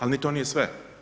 Ali ni to nije sve.